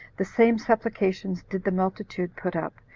the same supplications did the multitude put up,